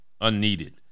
unneeded